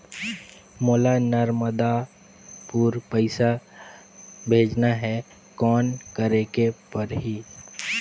मोला नर्मदापुर पइसा भेजना हैं, कौन करेके परही?